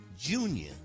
Junior